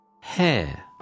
hair